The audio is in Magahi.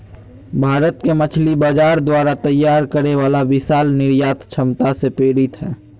भारत के मछली बाजार द्वारा तैयार करे वाला विशाल निर्यात क्षमता से प्रेरित हइ